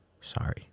Sorry